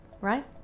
Right